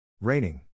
Raining